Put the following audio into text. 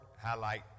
highlight